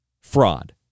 fraud